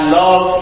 love